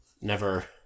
never-